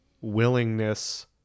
willingness